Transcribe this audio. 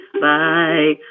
bye